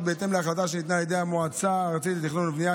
בהתאם להחלטה שניתנה על ידי המועצה הארצית לתכנון ובנייה,